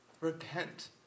Repent